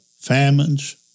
famines